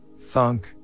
thunk